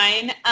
fine